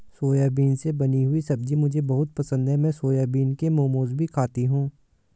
soybean से बनी हुई सब्जी मुझे बहुत पसंद है मैं सोयाबीन के मोमोज भी खाती हूं